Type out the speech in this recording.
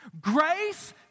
Grace